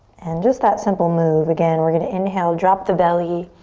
and just that simple move, again, we're gonna inhale, drop the belly,